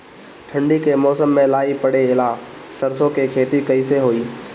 ठंडी के मौसम में लाई पड़े ला सरसो के खेती कइसे होई?